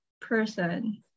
person